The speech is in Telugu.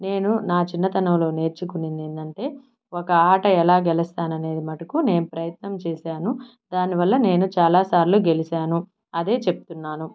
నేను నా చిన్నతనంలో నేర్చుకున్నింది ఏందంటే ఒక ఆట ఎలా గెలుస్తాననేది మటుకు నేను ప్రయత్నం చేశాను దానివల్ల నేను చాలా సార్లు గెలిచాను అదే చెప్తున్నాను